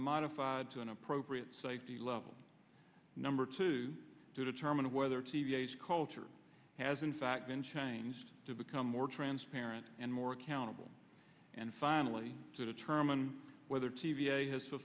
modified to an appropriate safety level number two to determine whether t v s culture has in fact been changed to become more transparent and more accountable and finally to determine whether t v a has